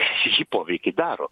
šį šį poveikį daro